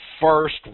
first